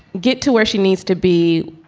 get to where she needs to be.